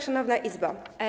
Szanowna Izbo!